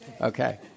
Okay